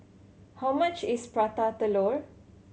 how much is Prata Telur